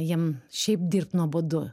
jiem šiaip dirbt nuobodu